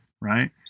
Right